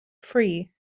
free